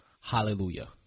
Hallelujah